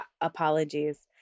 apologies